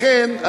לכן,